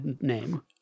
name